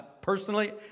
personally